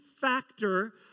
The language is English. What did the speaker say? factor